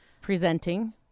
presenting